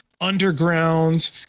underground